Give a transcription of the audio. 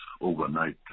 overnight